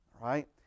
right